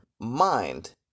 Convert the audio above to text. mind